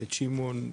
את שמעון,